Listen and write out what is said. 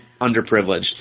underprivileged